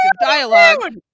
dialogue